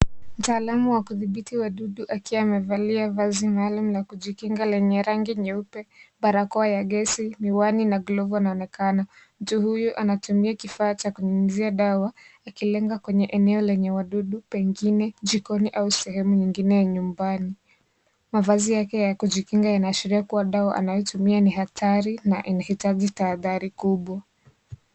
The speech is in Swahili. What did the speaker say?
Mtaalamu wa kudhibiti wadudu akiwa amevalia vazi maalum la kujikinga lenye rangi nyeupe, barakoa ya gesi, miwani na glavu anaonekana. Mtu huyu anatumia kifaa cha kunyunyuzia dawa, akilenga kwenye eneo lenye wadudu, pengine jikoni au sehemu nyingine ya nyumbani. Mavazi yake ya kujikinga yanaashiria kuwa dawa anayotumia ni hatari na inahitaji tahadhari kubwa.